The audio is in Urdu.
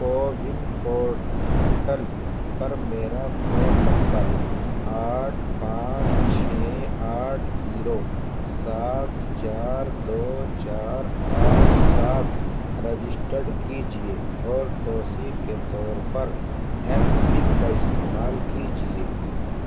کوون پورٹل پر میرا فون نمبر آٹھ پانچ چھ آٹھ زیرو سات چار دو چار آٹھ سات رجسٹرڈ کیجیے اور توثیق کے طور پر ایم پن کا استعمال کیجیے